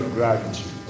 gratitude